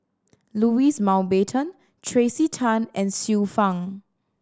Louis Mountbatten Tracey Tan and Xiu Fang